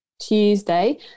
Tuesday